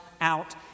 out